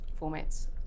formats